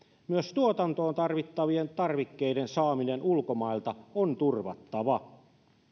myös tuotantoon tarvittavien tarvikkeiden saaminen ulkomailta on turvattava